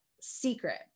secret